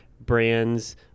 brands